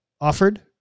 offered